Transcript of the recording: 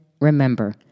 Remember